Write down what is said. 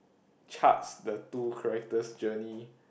charts the two characters' journey